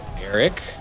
Eric